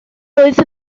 oedd